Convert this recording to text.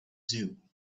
zoo